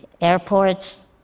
airports